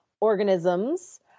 organisms